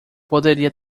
poderia